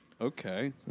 Okay